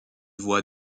voix